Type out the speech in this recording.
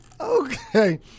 Okay